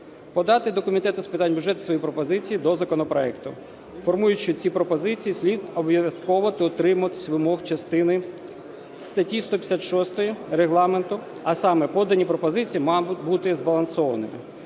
подати до Комітету з питань бюджету свої пропозиції до законопроекту. Формуючи ці пропозиції, слід обов'язково дотримуватись вимог частини статті 156 Регламенту, а саме: подані пропозиції мають бути збалансованими.